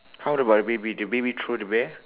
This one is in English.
how about the baby the baby throw the bear